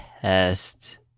test